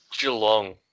Geelong